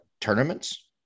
tournaments